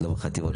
לא בחטיבות שלכם.